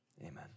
amen